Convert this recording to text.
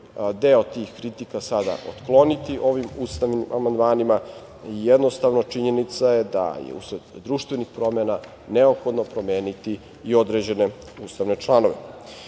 deo tih kritika sada otkloniti ovim ustavnim amandmanima. Jednostavno, činjenica je da je usled društvenih promena neophodno promeniti i određene ustavne članove. Smatram